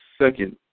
second